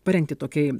parengti tokiai